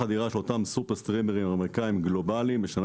החדירה של אותם סופר-סטרימרים אמריקאים גלובליים משנה